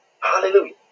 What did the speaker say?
Hallelujah